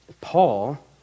Paul